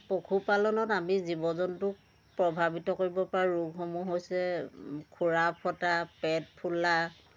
পশুপালনত আমি জীৱ জন্তুক প্ৰভাৱিত কৰিব পৰা ৰোগ সমূহ হৈছে খোৰা ফটা পেট ফুলা